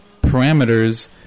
parameters